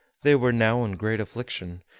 they were now in great affliction,